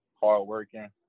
hardworking